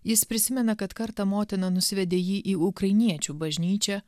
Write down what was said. jis prisimena kad kartą motina nusivedė jį į ukrainiečių bažnyčią